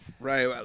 Right